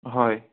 হয়